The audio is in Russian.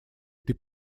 этой